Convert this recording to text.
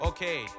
Okay